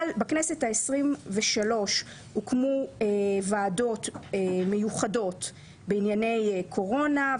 אבל בכנסת ה-23 הוקמו ועדות מיוחדות בענייני קורונה,